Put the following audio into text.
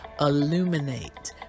illuminate